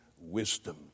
wisdom